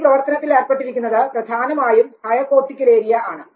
ഈ പ്രവർത്തനത്തിൽ ഏർപ്പെട്ടിരിക്കുന്നത് പ്രധാനമായും ഹയർ കോർട്ടിക്കൽ ഏരിയ ആണ്